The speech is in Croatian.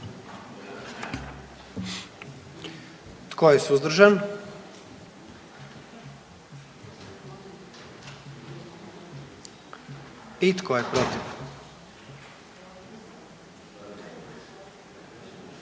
Tko je suzdržan? I tko je protiv?